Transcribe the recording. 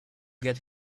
get